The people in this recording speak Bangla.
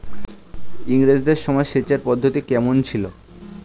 ইঙরেজদের সময় সেচের পদ্ধতি কমন ছিল?